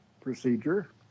procedure